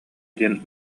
диэн